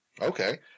Okay